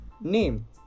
Name